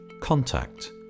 contact